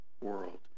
world